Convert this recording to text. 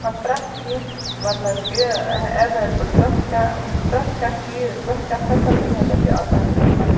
پرٮ۪تھ کینٛہہ مَطلَب کہِ ایٚولیبٕل پرٮ۪تھ کانٛہہ پرٮ۪تھ کانٛہہ چیٖز پرٮ۪تھ کانٛہہ فیسَلٹی ہَسا چھِ آسان تِمَن مَنٛز